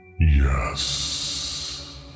Yes